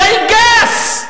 קלגס.